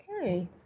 Okay